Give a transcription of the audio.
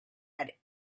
had